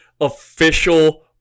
official